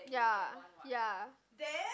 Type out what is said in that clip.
ya ya